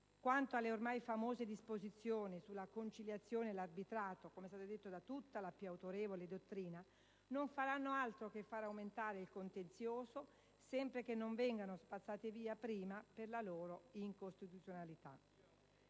Quanto alle ormai famose disposizioni sulla conciliazione e l'arbitrato, com'è stato detto da tutta la più autorevole dottrina, non faranno altro che far aumentare il contenzioso, sempre che non vengano spazzate via prima per la loro incostituzionalità.